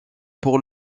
pour